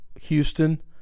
Houston –